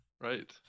Right